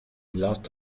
lost